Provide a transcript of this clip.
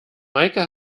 meike